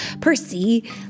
Percy